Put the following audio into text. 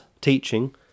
teaching